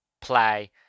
play